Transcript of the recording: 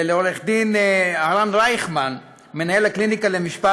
לעורך דין הרן רייכמן, מנהל הקליניקה למשפט